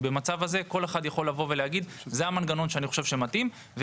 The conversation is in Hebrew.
אחרת כל אחד יכול להגיד מה המנגנון שמתאים לו